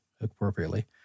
appropriately